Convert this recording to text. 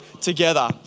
together